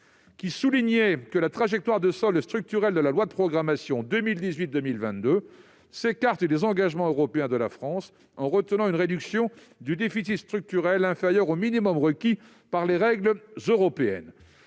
soulignait ainsi que la trajectoire de solde structurel de la loi de programmation 2018-2022 s'écartait des engagements européens de la France, en retenant une réduction du déficit structurel « inférieure au minimum requis par les règles européennes